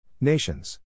Nations